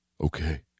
Okay